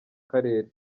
karere